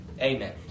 Amen